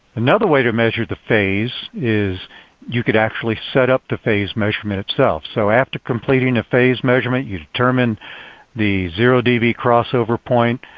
another way to measure the phase is you could actually set up the phase measurement itself. so after completing a phase measurement, you determine the zero db crossover point.